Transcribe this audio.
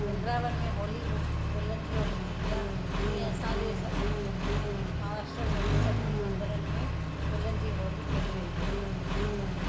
वृंदावन में होली ॻुलनि जी होली थींदी आहे तींअ असांजे महाराष्ट्र में बि सभिनी मंदिरनि में ॻुलनि जी होली खेॾी वेंदी आहे